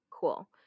cool